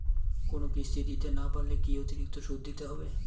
কোনো কিস্তি দিতে না পারলে কি অতিরিক্ত সুদ দিতে হবে?